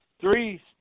three